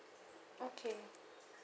okay